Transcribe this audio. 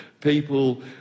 People